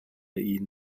ihn